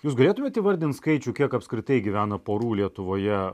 jūs galėtumėt įvardinti skaičių kiek apskritai gyvena porų lietuvoje